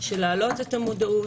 להעלות את המודעות,